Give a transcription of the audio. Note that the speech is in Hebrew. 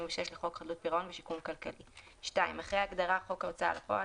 266 לחוק חדלות פירעון ושיקום כלכלי," אחרי ההגדרה "חוק ההוצאה לפועל"